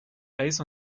eis